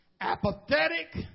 apathetic